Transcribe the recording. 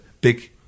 big